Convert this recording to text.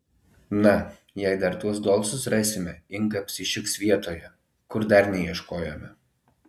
na jei dar tuos dolcus rasime inga apsišiks vietoje kur dar neieškojome